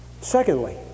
secondly